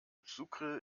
sucre